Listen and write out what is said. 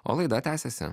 o laida tęsiasi